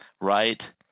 Right